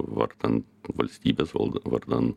vardan valstybės vardan